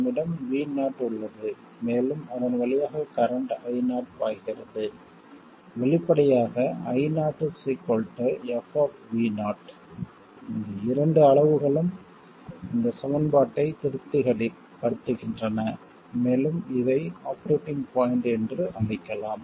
நம்மிடம் V0 உள்ளது மேலும் அதன் வழியாக கரண்ட் I0 பாய்கிறது வெளிப்படையாக I0 f இந்த இரண்டு அளவுகளும் இந்த சமன்பாட்டை திருப்திப்படுத்துகின்றன மேலும் இதை ஆபரேட்டிங் பாய்ண்ட் என்று அழைக்கலாம்